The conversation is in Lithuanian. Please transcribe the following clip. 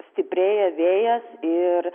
stiprėja vėjas ir